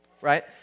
right